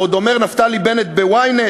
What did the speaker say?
ועוד אומר נפתלי בנט ב-ynet: